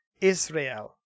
israel